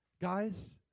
Guys